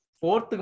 Fourth